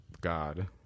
god